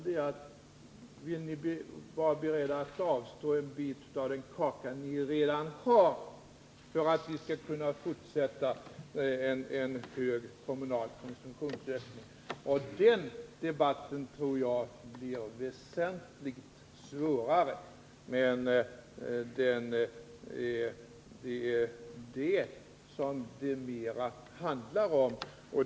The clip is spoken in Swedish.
Då gäller frågan: Är ni beredda att avstå en bit av den kaka ni redan har för att vi skall kunna fortsätta med en hög kommunal konsumtionsökning? Den debatten tror jag blir väsentligt svårare att föra.